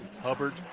Hubbard